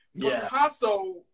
Picasso